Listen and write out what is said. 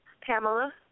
Pamela